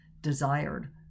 desired